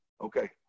Okay